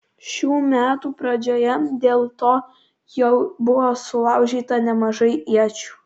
šių metų pradžioje dėl to jau buvo sulaužyta nemažai iečių